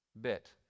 bit